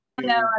No